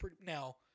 Now